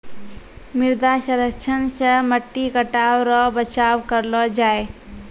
मृदा संरक्षण से मट्टी कटाव रो बचाव करलो जाय